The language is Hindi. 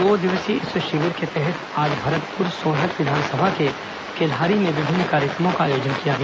दो दिवसीय इस शिविर के तहत आज भरतपुर सोनहत विधानसभा के केल्हारी में विभिन्न कार्यक्रमों का आयोजन किया गया